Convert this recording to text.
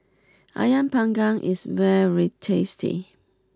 Ayam Panggang is very tasty